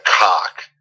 cock